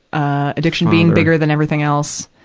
addiction being bigger than everything else